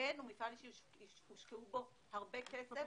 כן, הוא מפעל שהושקע בו הרבה כסף,